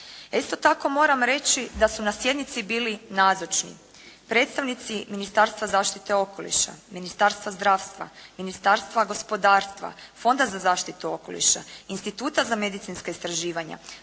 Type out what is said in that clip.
Isto tako moram reći da su na sjednici bili nazočni predstavnici Ministarstva zaštite okoliša, Ministarstva zdravstva, Ministarstva gospodarstva, Fonda za zaštitu okoliša, Instituta za medicinska istraživanja,